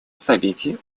совете